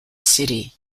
city